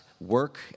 work